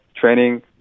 training